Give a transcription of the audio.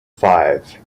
five